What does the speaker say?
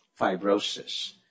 fibrosis